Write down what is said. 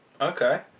Okay